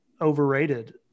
overrated